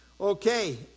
Okay